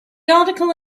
article